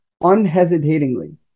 unhesitatingly